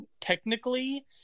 technically